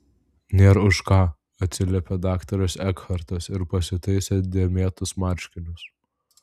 nėra už ką atsiliepė daktaras ekhartas ir pasitaisė dėmėtus marškinius